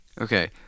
Okay